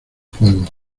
juego